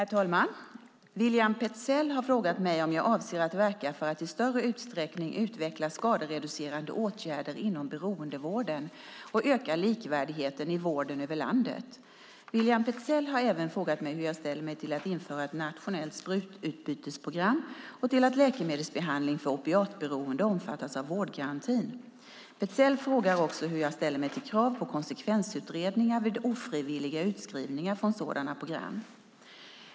Herr talman! William Petzäll har frågat mig om jag avser att verka för att i större utsträckning utveckla skadereducerande åtgärder inom beroendevården och öka likvärdigheten i vården över landet. William Petzäll har även frågat mig hur jag ställer mig till att införa ett nationellt sprututbytesprogram och till att läkemedelsbehandling för opiatberoende omfattas av vårdgarantin. Petzäll frågar också hur jag ställer mig till krav på konsekvensutredningar vid ofrivilliga utskrivningar från sådana program.